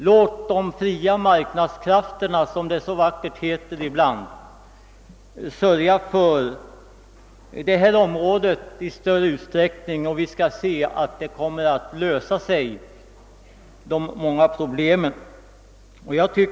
Låt de fria marknadskrafterna, som det så vackert heter ibland, sörja för detta område i större utsträckning, och vi skall se att de många problemen kommer att lösas.